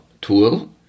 tool